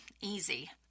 easy